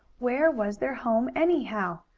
where was their home, anyhow?